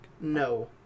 no